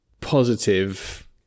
positive